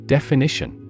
Definition